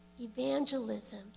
evangelism